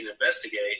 investigate